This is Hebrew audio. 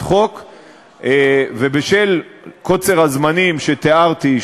ובשל קוצר הזמנים שתיארתי,